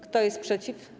Kto jest przeciw?